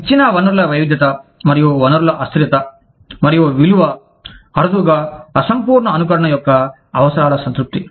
ఇచ్చిన వనరుల వైవిధ్యత మరియు వనరుల అస్థిరత మరియు విలువ అరుదుగా అసంపూర్ణ అనుకరణ యొక్క అవసరాల సంతృప్తి